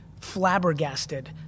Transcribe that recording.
flabbergasted